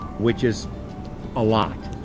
which is a lot.